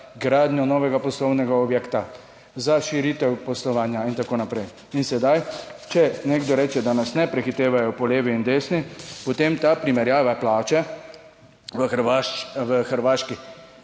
gradnjo novega poslovnega objekta, za širitev poslovanja in tako naprej. In sedaj, če nekdo reče, da nas ne prehitevajo po levi in desni, potem ta primerjava plače Hrvaški,